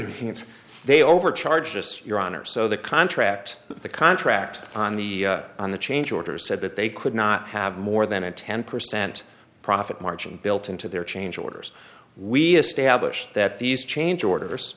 wants they overcharge just your honor so the contract the contract on the on the change orders said that they could not have more than a ten percent profit margin built into their change orders we established that these change orders